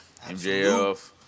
MJF